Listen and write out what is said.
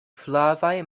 flavaj